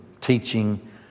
teaching